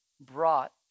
brought